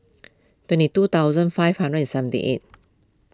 twenty two thousand five hundred and seventy eight